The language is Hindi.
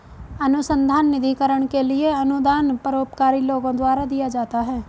अनुसंधान निधिकरण के लिए अनुदान परोपकारी लोगों द्वारा दिया जाता है